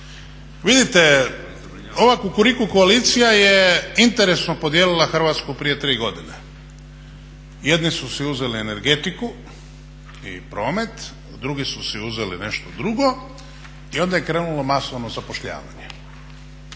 Vidite ova Kukuriku koalicija je interesno podijelila Hrvatsku prije 3 godine. Jedni su si uzeli energetiku i promet, drugi su si uzeli nešto drugo i onda je krenulo masovno zapošljavanje.